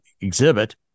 exhibit